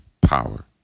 power